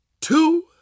two